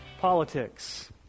politics